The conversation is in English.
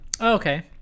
okay